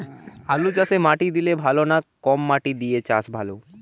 আলুচাষে মাটি দিলে ভালো না একমাটি দিয়ে চাষ ভালো?